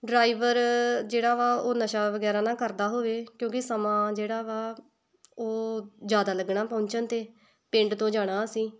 driver ਜਿਹੜਾ ਵਾ ਉਹ ਨਸ਼ਾ ਵਗੈਰਾ ਨਾ ਕਰਦਾ ਹੋਵੇ ਕਿਉਂਕਿ ਸਮਾਂ ਜਿਹੜਾ ਵਾ ਉਹ ਜ਼ਿਆਦਾ ਲੱਗਣਾ ਪਹੁੰਚਣ 'ਤੇ ਪਿੰਡ ਤੋਂ ਜਾਣਾ ਅਸੀਂ